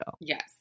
Yes